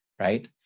right